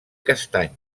castany